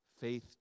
Faith